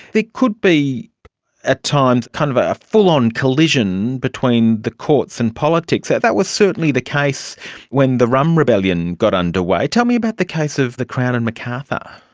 could be at times kind of ah a full on collision between the courts and politics. that that was certainly the case when the rum rebellion got underway. tell me about the case of the crown and macarthur.